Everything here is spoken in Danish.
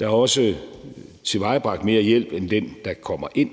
Der er også tilvejebragt mere hjælp end den, der kommer ind,